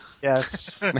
Yes